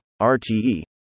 RTE